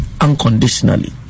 unconditionally